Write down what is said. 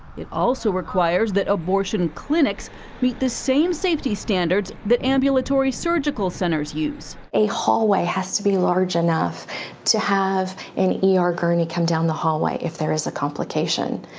it also requires that abortion clinics meet the same safety standards that ambulatory surgical centers use. a hallway has to be large enough to have an e r. gurney come down the hallway if there is a complication.